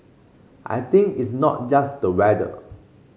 I think it's not just the weather